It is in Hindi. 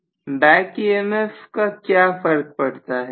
प्रोसेसर बैक emf का क्या फर्क पड़ता है